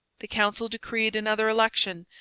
the council decreed another election,